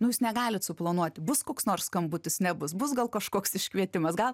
nu jūs negalit suplanuoti bus koks nors skambutis nebus bus gal kažkoks iškvietimas gal